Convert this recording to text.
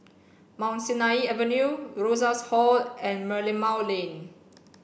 Mount Sinai Avenue Rosas Hall and Merlimau Lane